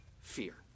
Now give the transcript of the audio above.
fear